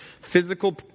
physical